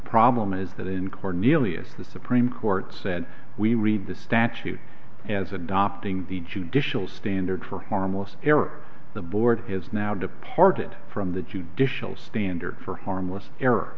problem is that in cornelius the supreme court said we read the statute as adopting the judicial standard for harmless error the board has now departed from the judicial standard for harmless error